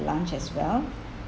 lunch as well